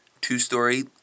two-story